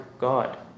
God